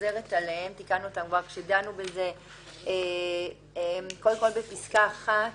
מחיקת פרט רישום פלילי קטינים.